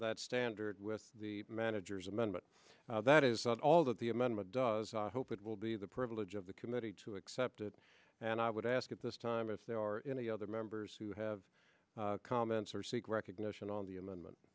that standard with the manager's amendment that is all that the amendment does i hope it will be the privilege of the committee to accept it and i would ask at this time if there are any other members who have comments or seek recognition on the amendment